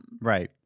Right